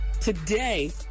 Today